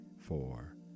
four